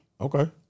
Okay